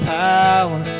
power